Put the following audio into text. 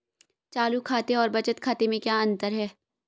चालू खाते और बचत खाते में क्या अंतर है?